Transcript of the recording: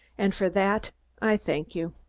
and for that i thank you.